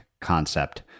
concept